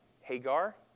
Hagar